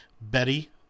Betty